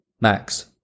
Max